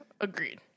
Agreed